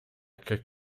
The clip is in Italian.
che